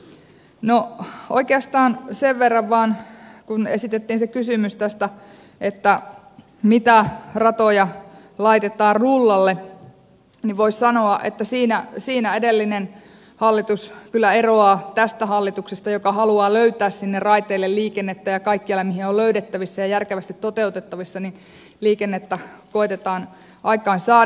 no oikeastaan sen verran vain kun esitettiin kysymys mitä ratoja laitetaan rullalle voisi sanoa että siinä edellinen hallitus kyllä eroaa tästä hallituksesta joka haluaa löytää liikennettä raiteille ja kaikkialle mihin sitä on löydettävissä ja järkevästi toteutettavissa sitä liikennettä koetetaan aikaansaada